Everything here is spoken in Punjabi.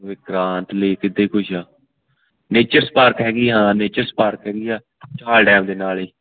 ਵਿਕਰਾਂਤ ਲੇਕ ਇੱਦਾਂ ਹੀ ਕੁੱਛ ਆ ਨੇਚਰਸ ਪਾਰਕ ਹੈਗੀ ਆ ਨੇਚਰਸ ਪਾਰਕ ਹੈਗੀ ਆ ਚੋਹਾਲ ਡੈਮ ਦੇ ਨਾਲ ਹੀ